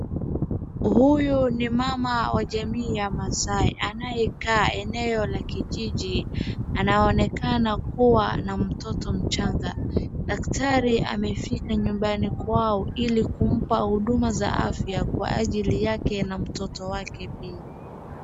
Huyu ni mama wa jamii ya Maasai, anayekaa eneo la kijiji. Anaonekana kuwa na mtoto mchanga. Daktari amefika nyumbani kwao ili kumpa huduma za afya kwa ajili yake na mtoto wake pia.